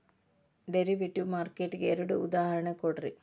derivative market ಗೆ ಎರಡ್ ಉದಾಹರ್ಣಿ ಕೊಡ್ರಿ